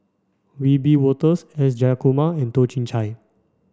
Wiebe Wolters S Jayakumar and Toh Chin Chye